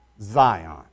Zion